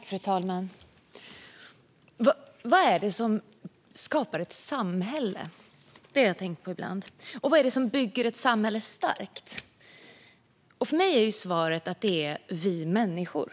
Fru talman! Vad är det som skapar ett samhälle? Det har jag tänkt på ibland. Vad är det som bygger ett samhälle starkt? För mig är svaret att det är vi människor.